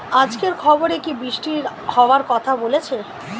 আজকের খবরে কি বৃষ্টি হওয়ায় কথা বলেছে?